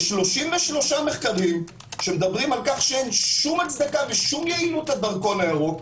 יש 33 מחקרים שמדברים על כך שאין שום הצדקה ושום יעילות לדרכון הירוק.